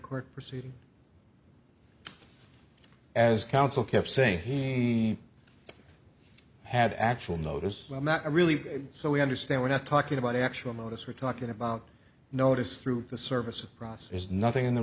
court proceeding as counsel kept saying he had actual notice i'm not really so we understand we're not talking about actual notice we're talking about notice through the service of process is nothing in the